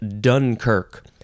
Dunkirk